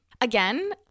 Again